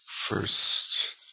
first